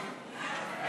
כן.